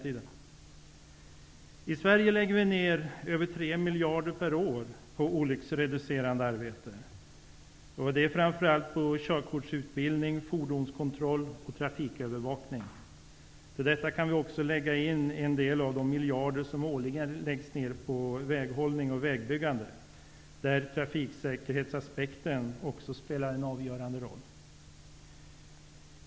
I Sverige lägger vi ner över 3 miljarder per år på olycksreducerande arbete, framför allt på körkortsutbildning, fordonskontroll och trafikövervakning. Till detta kan vi lägga en del av de miljarder som årligen satsas på väghållning och vägbyggande, där trafikssäkerhetsaspekten spelar en avgörande roll.